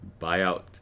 buyout